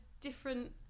different